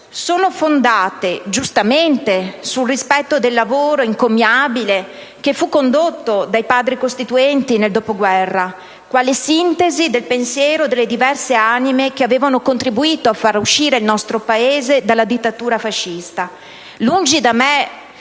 sono fondate, giustamente, sul rispetto del lavoro encomiabile che fu condotto dai Padri costituenti nel dopoguerra quale sintesi del pensiero delle diverse anime che avevano contribuito a far uscire il nostro Paese dalla dittatura fascista. Lungi da me